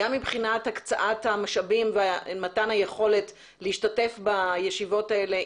גם מבחינת הקצאת המשאבים ומתן היכולת להשתתף בישיבות האלה,